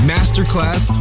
Masterclass